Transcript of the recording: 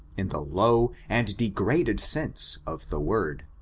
in the low and degraded sense of the word.